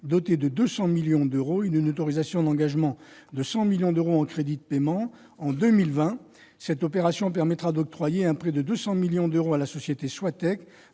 doté de 200 millions d'euros en autorisations d'engagement et de 100 millions d'euros en crédits de paiement. En 2020, cette opération permettra d'octroyer un prêt de 200 millions d'euros à la société Soitec,